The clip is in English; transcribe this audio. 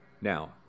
Now